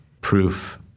proof